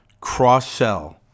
Cross-sell